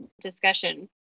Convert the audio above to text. discussion